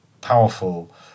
powerful